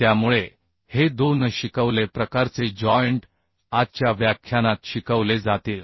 त्यामुळे हे दोन शिकवले प्रकारचे जॉइंट आजच्या व्याख्यानात शिकवले जातील